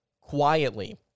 Quietly